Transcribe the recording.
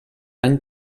any